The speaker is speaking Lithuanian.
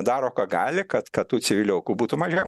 daro ką gali kad kad tų civilių aukų būtų mažiau